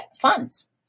funds